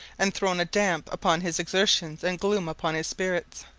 and thrown a damp upon his exertions and gloom upon his spirits.